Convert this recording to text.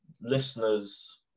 listeners